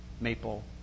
maple